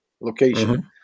location